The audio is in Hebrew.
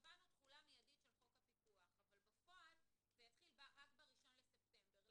קבענו תחולה מידית של חוק הפיקוח אבל בפועל זה יתחיל רק ב-1 לספטמבר.